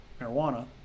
marijuana